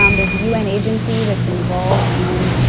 um there's a u n. agency that's involved in,